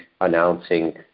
announcing